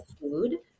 food